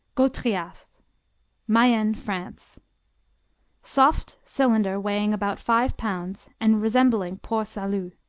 gautrias mayenne, france soft, cylinder weighing about five pounds and resembling port-salut.